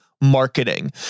marketing